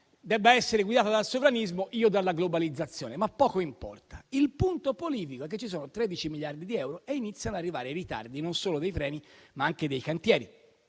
debba essere guidata dal sovranismo, io dalla globalizzazione, ma poco importa. Il punto politico è che ci sono 13 miliardi di euro e iniziano ad arrivare i ritardi non solo dei treni, ma anche dei cantieri.